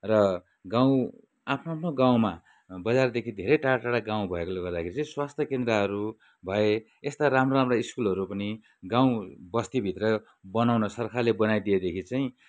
र गाउँ आफ्नो आफ्नो गाउँमा बजारदेखि धेरै टाढा टाढा गाउँ भएकोले गर्दाखेरि चाहिँ स्वास्थ्य केन्द्रहरू भए यस्ता राम्रा राम्रा स्कुलहरू पनि गाउँ बस्तीभित्र बनाउन सरकारले बनाइदिएदेखि चाहिँ